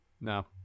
No